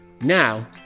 Now